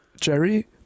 Jerry